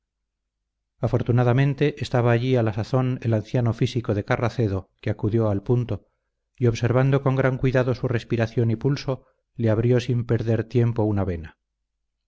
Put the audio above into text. afortunadamente estaba allí a la sazón el anciano físico de carracedo que acudió al punto y observando con gran cuidado su respiración y pulso le abrió sin perder tiempo una vena